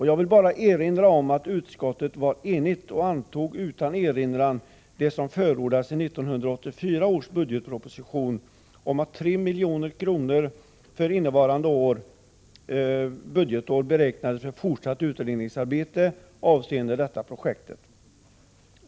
Jag vill bara erinra om att utskottet var enigt och utan erinran antog det som förordades i 1984 års budgetproposition — att 3 milj.kr. för innevarande budgetår beräknades för fortsatt utredningsarbete avseende detta projekt.